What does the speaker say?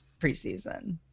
preseason